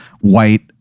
white